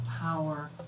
power